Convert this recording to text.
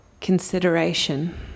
consideration